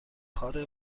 کار